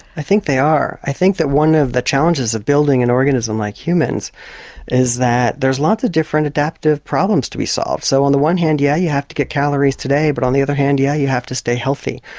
i think they are. i think that one of the challenges of building an organism like humans is that there's lots of different adaptive problems to be solved. so on the one hand yeah you have to get calories today but on the other hand yeah you have to stay healthy.